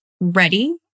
ready